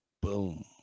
Boom